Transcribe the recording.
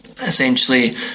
essentially